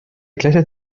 clases